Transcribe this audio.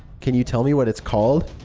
can you tell me what it's called?